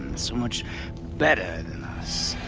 so much better than us.